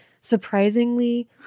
surprisingly